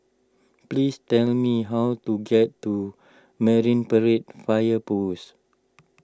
please tell me how to get to Marine Parade Fire Post